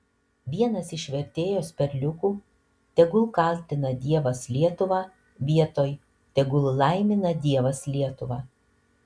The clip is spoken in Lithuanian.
vienas iš vertėjos perliukų tegul kaltina dievas lietuvą vietoj tegul laimina dievas lietuvą